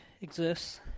exists